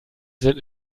sind